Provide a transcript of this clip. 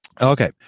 Okay